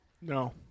No